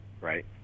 Right